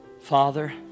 Father